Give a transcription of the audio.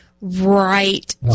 right